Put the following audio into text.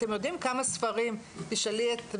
אתם יודעים כמה ספרים, תשאלי את בן-זוגך,